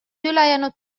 ülejäänud